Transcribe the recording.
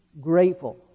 grateful